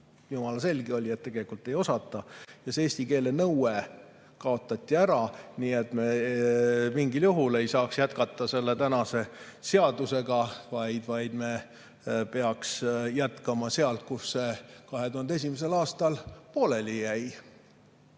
jumala selge oli, et tegelikult ei oska. Ja see eesti keele nõue kaotati ära. Me mingil juhul ei saa jätkata selle tänase seadusega, vaid me peaks jätkama sealt, kus see 2001. aastal pooleli jäi,